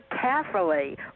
carefully